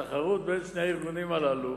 התחרות בין שני הארגונים הללו